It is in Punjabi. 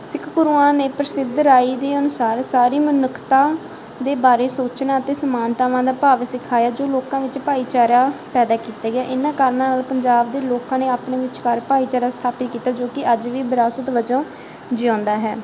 ਸਿੱਖ ਗੁਰੂਆਂ ਨੇ ਪ੍ਰਸਿੱਧ ਰਾਏ ਦੇ ਅਨੁਸਾਰ ਸਾਰੀ ਮਨੁੱਖਤਾ ਦੇ ਬਾਰੇ ਸੋਚਣਾ ਅਤੇ ਸਮਾਨਤਾਵਾਂ ਦਾ ਭਾਵ ਸਿਖਾਇਆ ਜੋ ਲੋਕਾਂ ਵਿੱਚ ਭਾਈਚਾਰਾ ਪੈਦਾ ਕੀਤਾ ਗਿਆ ਇਹਨਾਂ ਕਾਰਨਾਂ ਨਾਲ ਪੰਜਾਬ ਦੇ ਲੋਕਾਂ ਨੇ ਆਪਣੇ ਵਿਚਕਾਰ ਭਾਈਚਾਰਾ ਸਥਾਪਿਤ ਕੀਤਾ ਜੋ ਕਿ ਅੱਜ ਵੀ ਵਿਰਾਸਤ ਵਜੋਂ ਜਿਉਂਦਾ ਹੈ